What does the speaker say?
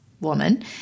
woman